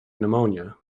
pneumonia